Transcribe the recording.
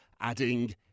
adding